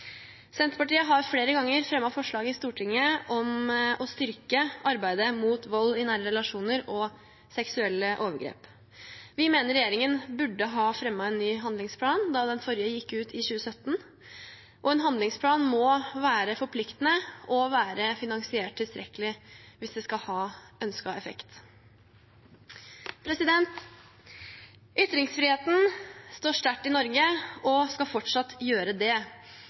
Senterpartiet har flere ganger fremmet forslag i Stortinget om å styrke arbeidet mot vold i nære relasjoner og seksuelle overgrep. Vi mener regjeringen burde ha fremmet en ny handlingsplan da den forrige gikk ut i 2017. En handlingsplan må være forpliktende og være finansiert tilstrekkelig hvis den skal ha ønsket effekt. Ytringsfriheten står sterkt i Norge og skal fortsatt gjøre det.